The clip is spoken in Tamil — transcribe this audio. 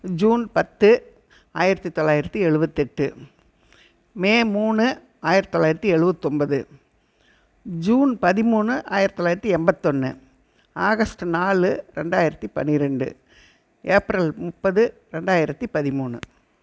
ஜூன் பத்து ஆயிரத்து தொள்ளாயிரத்தி எழுவத்தெட்டு மே மூணு ஆயிரத்து தொள்ளாயிரத்தி எழுவத்தொன்பது ஜூன் பதிமூணு ஆயிரத்து தொள்ளாயிரத்தி எம்பத்தொன்று ஆகஸ்ட்டு நாலு ரெண்டாயிரத்தி பன்னிரெண்டு ஏப்ரல் முப்பது ரெண்டாயிரத்து பதிமூணு